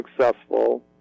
successful